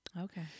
Okay